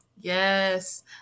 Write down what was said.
Yes